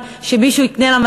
שמגיעים